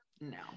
No